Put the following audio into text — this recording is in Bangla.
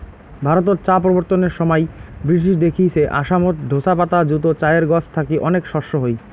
ভারতত চা প্রবর্তনের সমাই ব্রিটিশ দেইখছে আসামত ঢোসা পাতা যুত চায়ের গছ থাকি অনেক শস্য হই